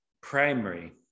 primary